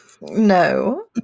No